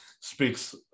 speaks